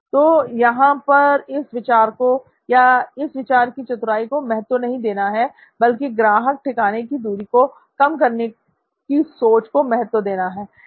तो यहां पर इस विचार को या इस विचार की चतुराई को महत्व नहीं देना है बल्कि ग्राहक ठिकाने की दूरी को कम करने की सोच को महत्व देना है